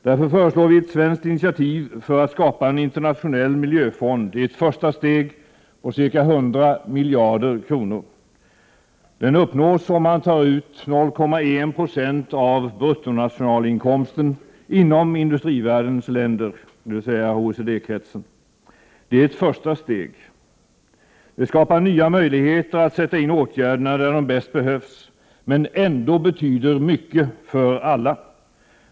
Därför föreslår vi ett svenskt initiativ för att skapa en internationell miljöfond, i ett första steg på ca 100 miljarder kronor. Det uppnås om man tar ut 0,1 26 av bruttonationalinkomsten inom industrivärldens länder, dvs. OECD-kretsen. Det är ett första steg. Det skapar nya möjligheter att sätta in åtgärderna där de bäst behövs, men ändå betyder mycket för alla.